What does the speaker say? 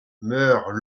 meurt